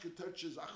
touches